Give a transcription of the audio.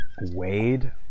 Wade